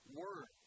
word